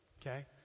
Okay